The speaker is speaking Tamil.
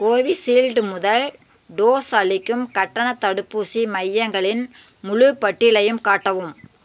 கோவிஷீல்டு முதல் டோஸ் அளிக்கும் கட்டணத் தடுப்பூசி மையங்களின் முழுப் பட்டியலையும் காட்டவும்